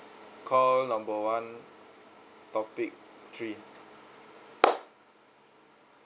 call number one topic three